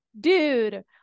dude